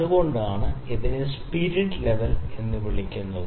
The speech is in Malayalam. അതുകൊണ്ടാണ് ഇതിനെ സ്പിരിറ്റ് ലെവൽ എന്ന് വിളിക്കുന്നത്